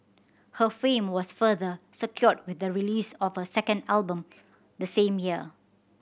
her fame was further secured with the release of her second album the same year